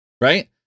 Right